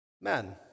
men